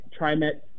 TriMet